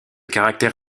caractère